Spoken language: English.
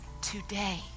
today